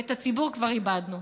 ואת הציבור כבר איבדנו.